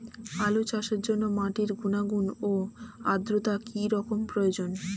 আলু চাষের জন্য মাটির গুণাগুণ ও আদ্রতা কী রকম প্রয়োজন?